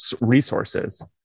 resources